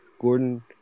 Gordon